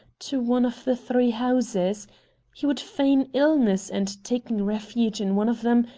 to one of the three houses he would feign illness, and, taking refuge in one of them,